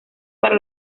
para